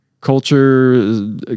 culture